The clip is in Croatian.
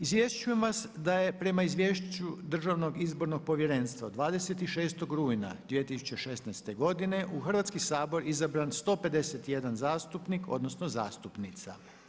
Izvješćujem vas da je prema izvješću Državnog izbornog povjerenstva 26. rujna 2016. godine u Hrvatski sabor izabran 151 zastupnik, odnosno zastupnica.